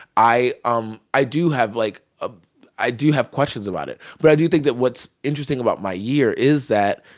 i um i do have, like, a i do have questions about it. but i do think that what's interesting about my year is that,